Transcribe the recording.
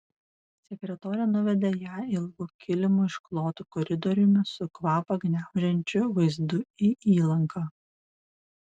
sekretorė nuvedė ją ilgu kilimu išklotu koridoriumi su kvapą gniaužiančiu vaizdu į įlanką